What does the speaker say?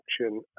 action